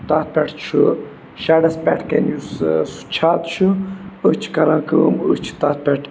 تَتھ پٮ۪ٹھ چھُ شَڈَس پٮ۪ٹھ کَنۍ یُس سُہ چھَت چھُ أسۍ چھِ کَران کٲم أسۍ چھِ تَتھ پٮ۪ٹھ